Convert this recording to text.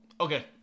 Okay